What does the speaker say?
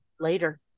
later